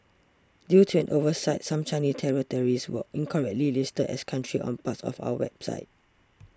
due to an oversight some Chinese territories were incorrectly listed as countries on parts of our website